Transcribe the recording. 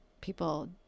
people